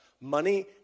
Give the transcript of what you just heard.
Money